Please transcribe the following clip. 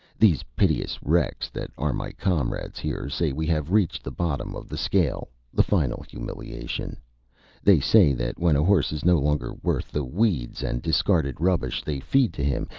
these piteous wrecks that are my comrades here say we have reached the bottom of the scale, the final humiliation they say that when a horse is no longer worth the weeds and discarded rubbish they feed to him,